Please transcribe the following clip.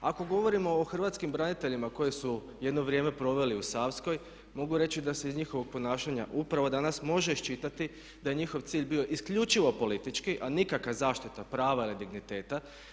Ako govorimo o hrvatskim braniteljima koji su jedno vrijeme proveli u Savskoj, mogu reći da se iz njihovog ponašanja upravo danas može iščitati da je njihov cilj bio isključivo politički a nikakva zaštita prava ili digniteta.